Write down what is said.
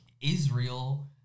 Israel